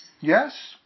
Yes